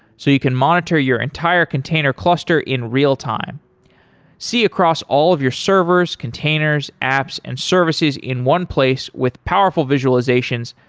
so you can monitor your entire container cluster in real-time see across all of your servers, containers, apps and services in one place with powerful visualizations,